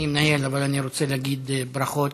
אני מנהל, אבל אני רוצה להגיד ברכות